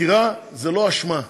חקירה זה לא אשמה.